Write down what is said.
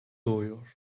doğuyor